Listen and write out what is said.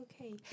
Okay